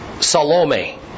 Salome